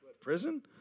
prison